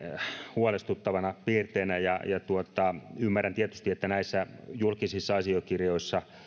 huolestuttavana piirteenä ja ymmärrän tietysti että näissä julkisissa asiakirjoissa